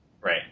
Right